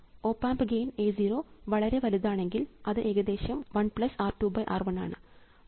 op amp gain A0 വളരെ വലുതാണെങ്കിൽ അത് ഏകദേശം 1R2R1 ആണ്